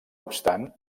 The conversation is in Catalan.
obstant